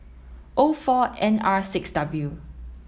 O four N R six W